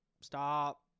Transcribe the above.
stop